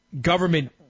government